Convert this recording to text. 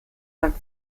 oder